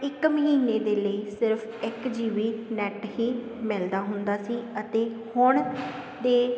ਇੱਕ ਮਹੀਨੇ ਦੇ ਲਈ ਸਿਰਫ ਇੱਕ ਜੀ ਵੀ ਮੈੱਟ ਹੀ ਮਿਲਦਾ ਹੁੰਦਾ ਸੀ ਅਤੇ ਹੁਣ ਦੇ